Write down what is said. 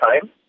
time